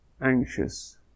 anxious